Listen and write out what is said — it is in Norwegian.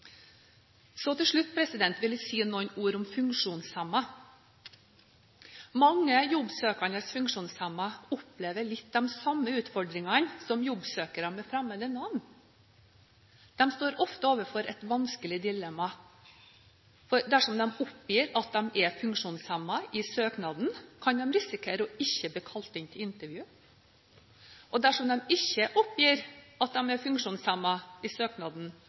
Til slutt vil jeg si noen ord om funksjonshemmede. Mange jobbsøkende funksjonshemmede opplever noen av de samme utfordringene som jobbsøkere med fremmede navn gjør. De står ofte overfor et vanskelig dilemma. Dersom de oppgir at de er funksjonshemmet i søknaden, kan de risikere å ikke bli kalt inn til intervju. Dersom de ikke oppgir at de er funksjonshemmet i søknaden,